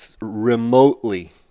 remotely